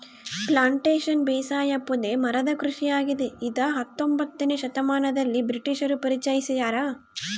plantation ಬೇಸಾಯ ಪೊದೆ ಮರದ ಕೃಷಿಯಾಗಿದೆ ಇದ ಹತ್ತೊಂಬೊತ್ನೆ ಶತಮಾನದಲ್ಲಿ ಬ್ರಿಟಿಷರು ಪರಿಚಯಿಸ್ಯಾರ